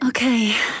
Okay